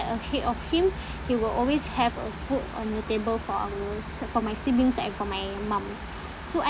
ahead of him he will always have a food on the table for our s~ for my siblings and for my mum so I